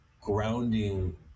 grounding